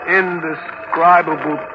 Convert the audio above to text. indescribable